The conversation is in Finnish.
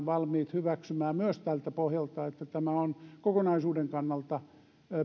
valmiit hyväksymään tämän tältä pohjalta että tämä on kokonaisuuden kannalta